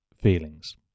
feelings